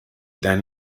then